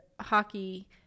hockey